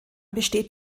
besteht